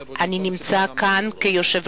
אני נמצא כאן כנשיא